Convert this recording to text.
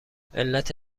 علت